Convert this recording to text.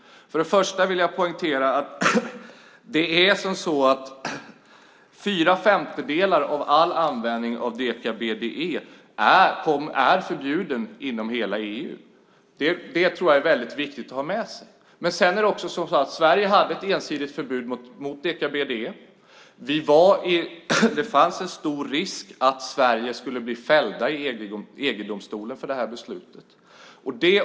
För det första vill jag poängtera att fyra femtedelar av all användning av deka-BDE är förbjuden i hela EU. Det är viktigt att komma ihåg. Sverige hade ett ensidigt förbud mot deka-BDE. Det fanns stor risk för att Sverige skulle bli fällt i EG-domstolen på grund av det förbudet.